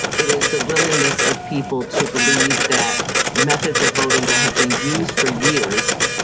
it is the willingness of people to believe that methods of voting that have been used for years,